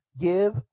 Give